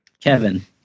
Kevin